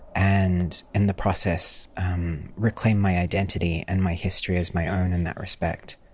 and in the process reclaim my identity and my history as my own in that respect.